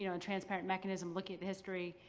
you know and transparent mechanism. looking at the history